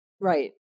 Right